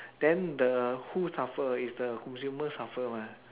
then the who suffer it's the consumer suffer [what]